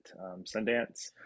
Sundance